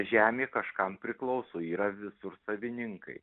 žemė kažkam priklauso yra visur savininkai